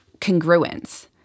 congruence